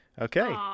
Okay